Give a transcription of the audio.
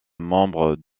membres